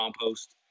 compost